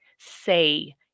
say